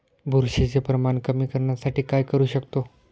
बुरशीचे प्रमाण कमी करण्यासाठी काय करू शकतो?